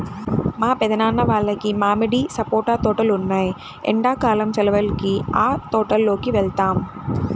మా పెద్దనాన్న వాళ్లకి మామిడి, సపోటా తోటలు ఉన్నాయ్, ఎండ్లా కాలం సెలవులకి ఆ తోటల్లోకి వెళ్తాం